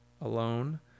alone